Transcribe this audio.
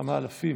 כמה אלפים?